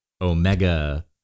Omega